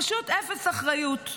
פשוט אפס אחריות.